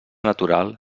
natural